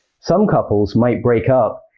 some couples might break up,